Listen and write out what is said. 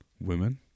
women